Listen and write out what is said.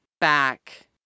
back